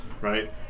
right